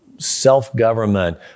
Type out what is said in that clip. self-government